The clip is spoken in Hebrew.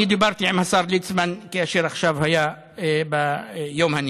אני דיברתי עם השר ליצמן כאשר עכשיו היה ביום הנגב,